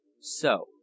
So